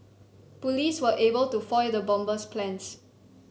police were able to foil the bomber's plans